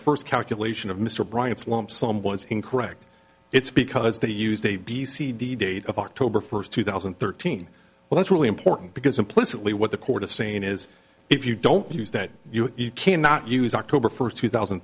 first calculation of mr bryant's lump someone's incorrect it's because they used a b c d date of october first two thousand and thirteen well that's really important because implicitly what the court is saying is if you don't use that you cannot use october first two thousand